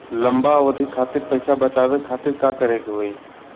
लंबा अवधि खातिर पैसा बचावे खातिर का करे के होयी?